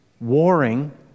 warring